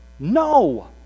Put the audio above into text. No